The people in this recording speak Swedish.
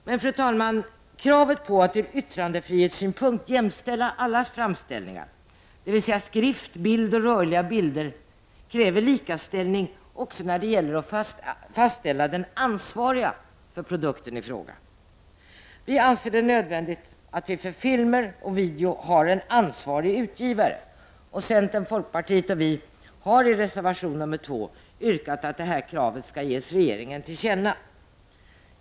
Men, fru talman, kravet på att ur yttrandefrihetssynpunkt jämställa alla framställningar, dvs. skrift, bild och rörliga bilder, kräver likaställning också när det gäller att fastställa den ansvarige för produkten. Vi anser det nödvändigt att också för filmer och video ha en ansvarig utgivare. Centern, folkpartiet och vi moderater har i reservation 2 yrkat att detta krav skall ges regeringen till känna.